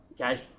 okay